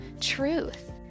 truth